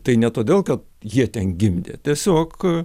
tai ne todėl kad jie ten gimdė tiesiog